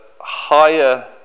higher